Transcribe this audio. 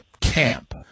camp